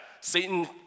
Satan